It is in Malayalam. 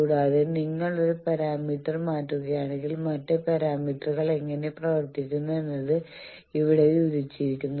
കൂടാതെ നിങ്ങൾ ഒരു പാരാമീറ്റർ മാറ്റുകയാണെങ്കിൽ മറ്റ് പാരാമീറ്ററുകൾ എങ്ങനെ പ്രവർത്തിക്കുന്നു എന്നത് ഇവിടെ വിവരിച്ചിരിക്കുന്നു